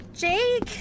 Jake